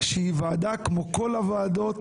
שהיא ועדה כמו כל הוועדות,